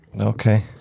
Okay